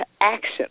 action